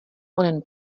onen